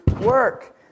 work